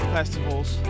festivals